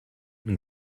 nun